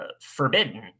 forbidden